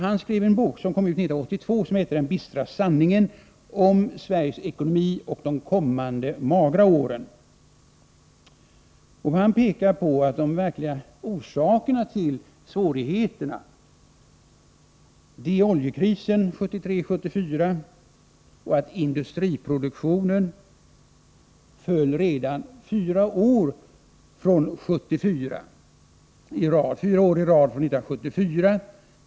År 1982 gav han ut en bok med titeln Den bistra sanningen om Sveriges ekonomi och de kommande magra åren. I den pekar han på att de verkliga orsakerna till svårigheterna är oljekrisen 1973-1974 och att industriproduktionen från 1974 föll fyra år i rad.